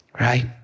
Right